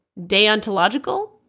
deontological